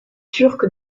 turque